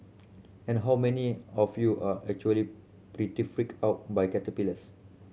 and how many of you are actually pretty freaked out by caterpillars